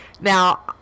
now